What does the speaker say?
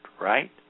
right